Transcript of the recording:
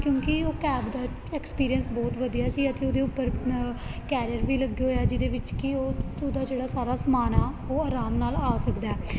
ਕਿਉਂਕਿ ਉਹ ਕੈਬ ਦਾ ਐਕਸਪੀਰੀਅੰਸ ਬਹੁਤ ਵਧੀਆ ਸੀ ਅਤੇ ਉਹਦੇ ਉੱਪਰ ਕੈਰੀਅਰ ਵੀ ਲੱਗੇ ਹੋਏ ਆ ਜਿਹਦੇ ਵਿੱਚ ਕਿ ਉਹ ਉਹਦਾ ਜਿਹੜਾ ਸਾਰਾ ਸਮਾਨ ਆ ਉਹ ਆਰਾਮ ਨਾਲ ਆ ਸਕਦਾ